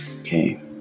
Okay